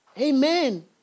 Amen